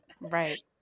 Right